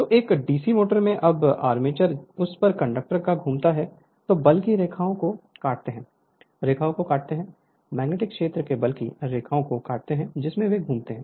तो एक DC motor में जब आर्मेचर उस पर कंडक्टर को घुमाता है तो बल की रेखाओं को काटते हैं रेखा को काटते हैं मैग्नेटिक क्षेत्र के बल की रेखाओं को काटते हैं जिसमें वे घूमते हैं